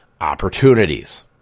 Opportunities